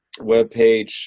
webpage